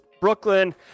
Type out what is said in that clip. Brooklyn